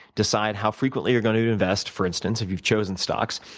decide how frequently you're going to to invest, for instance, if you've chosen stocks,